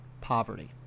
poverty